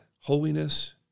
holiness